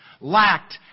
lacked